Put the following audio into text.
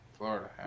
Florida